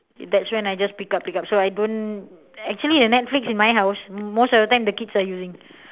that is when I just pick up pick up so I don't actually the netflix in my house most of the time the kids are using